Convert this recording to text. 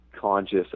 conscious